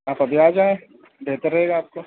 آپ ابھی آجائیں بہتر رہے گا آپ کو